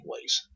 ways